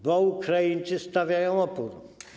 Bo Ukraińcy stawiają opór.